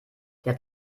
der